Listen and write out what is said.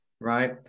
right